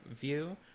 view